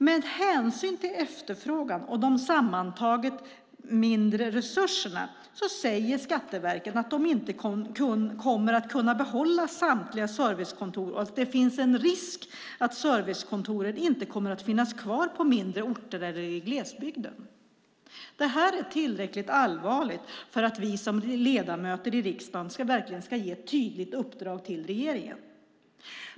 Med hänsyn till efterfrågan och de sammantaget mindre resurserna säger Skatteverket att man inte kommer att kunna behålla samtliga servicekontor och att det finns en risk för att servicekontoren inte kommer att finnas kvar på mindre orter eller i glesbygden. Detta är tillräckligt allvarligt för att vi som ledamöter i riksdagen ska ge ett tydligt uppdrag till regeringen.